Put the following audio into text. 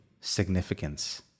significance